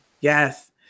Yes